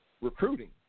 recruiting